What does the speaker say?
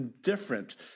different